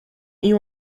you